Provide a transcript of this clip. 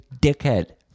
dickhead